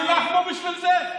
תילחמו בשביל זה,